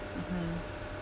mmhmm